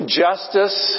justice